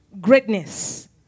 greatness